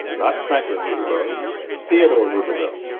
not franklin roosevelt, theodore roosevelt.